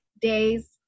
days